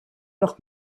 noch